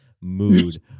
Mood